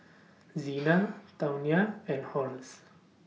Zina Tawnya and Horace